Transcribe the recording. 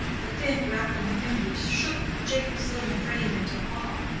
the thin grappling fingers, shook jacob's little frame into awe,